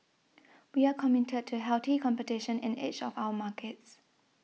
we are committed to healthy competition in each of our markets